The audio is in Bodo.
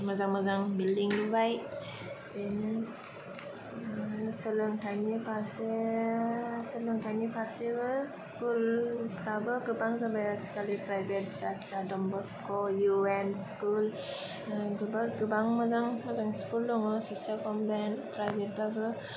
मोजां मोजां बिलदिं लुबाय सोलोंथाइनि फारसे सोलोंथाइनि फारसेबो स्कूलफ्राबो गोबां जाबाय आजिखालि प्रायवेट जात जात ड'न ब'स्क यू एन स्कूल गोबां मोजां मोजां स्कुल दङ' सिसटार कनवेन्ट प्रायवेट बाबो